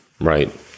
Right